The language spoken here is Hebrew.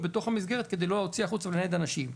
בתוך המסגרת כדי לא להוציא החוצה ולנייד אנשים.